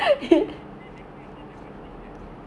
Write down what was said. like they they they never they never think that the